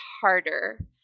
harder